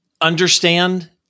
understand